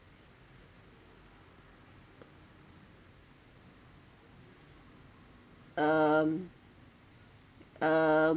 um uh